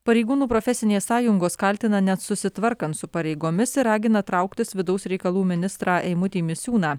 pareigūnų profesinės sąjungos kaltina net susitvarkant su pareigomis ir ragina trauktis vidaus reikalų ministrą eimutį misiūną